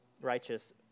righteous